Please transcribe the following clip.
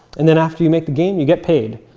and then after you make the game, you get paid.